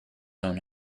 own